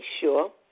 sure